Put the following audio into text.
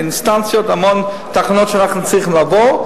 אינסטנציות והמון תחנות שאנחנו צריכים לעבור,